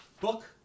book